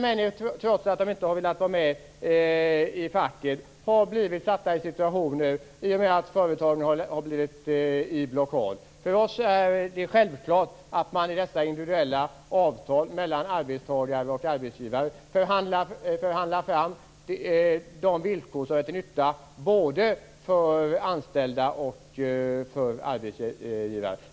Människor har, trots att de inte har velat vara med i facken, blivit försatta i svåra situationer i och med att företagen satts i blockad. För oss är det självklart att man i de individuella avtalen mellan arbetstagare och arbetsgivare förhandlar fram villkor som är till nytta både för anställda och för arbetsgivare.